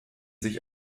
sich